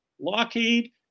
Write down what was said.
Lockheed